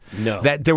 No